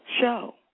show